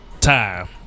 time